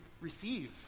receive